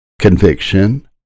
conviction